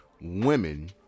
women